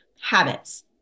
Habits